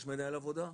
יש מנהל עבודה?